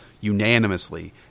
unanimously